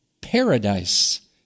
paradise